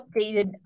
updated